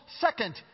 second